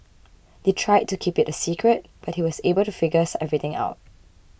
they tried to keep it a secret but he was able to figures everything out